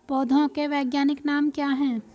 पौधों के वैज्ञानिक नाम क्या हैं?